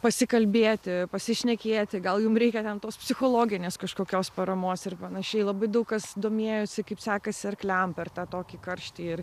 pasikalbėti pasišnekėti gal jums reikia net tos psichologinės kažkokios paramos ir panašiai labai daug kas domėjosi kaip sekasi arkliam per tą tokį karštį ir